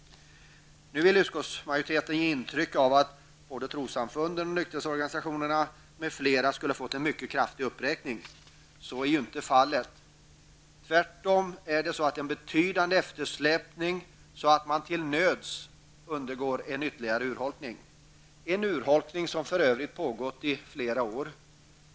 Nu vill utskottsmajoriteten ge intryck av att trossamfunden, nykterhetsorganisationerna m.fl. skulle ha fått en mycket kraftig uppräkning. Så är inte fallet. Det är tvärtom fråga om en betydande eftersläpning så att man till nöds undergår en ytterligare urholkning. Denna urholkning har för övrigt pågått under flera år.